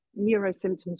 Neurosymptoms